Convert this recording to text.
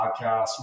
Podcast